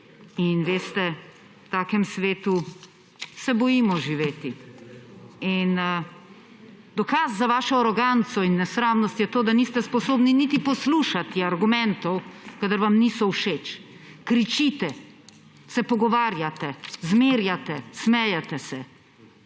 in, veste, v takem svetu se bojimo živeti. Dokaz za vašo aroganco in nesramnost je to, da niste sposobni niti poslušati argumentov, kadar vam niso všeč. Kričite, se pogovarjate, zmerjate, smejete se.